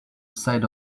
side